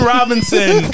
Robinson